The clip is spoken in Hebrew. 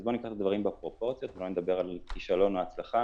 אז בואו ניקח דברים בפרופורציות ולא נדבר על כישלון או הצלחה.